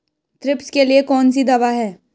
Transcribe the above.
Thrips के लिए कौन सी दवा है?